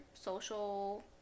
social